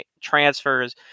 transfers